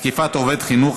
תקיפת עובד חינוך),